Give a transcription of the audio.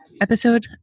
episode